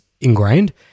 ingrained